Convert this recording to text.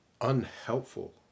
unhelpful